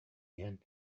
иһэн